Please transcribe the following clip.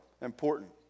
important